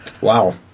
Wow